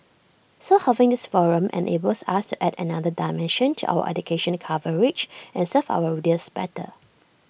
so having this forum enables us to add another dimension to our education coverage and serve our readers better